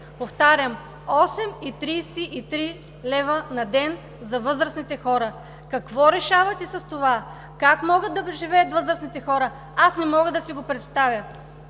Повтарям, 8,33 лв. на ден за възрастните хора! Какво решавате с това? Как могат да доживеят възрастните хора? Аз не мога да си го представя.